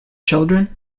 children